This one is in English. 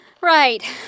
Right